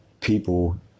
people